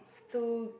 to